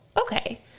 okay